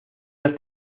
los